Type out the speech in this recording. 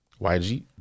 YG